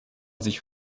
sich